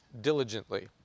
diligently